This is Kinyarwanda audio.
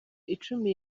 icumi